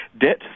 debt